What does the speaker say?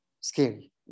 Scary